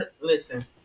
listen